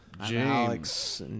James